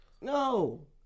No